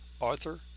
Arthur